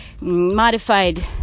modified